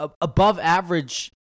above-average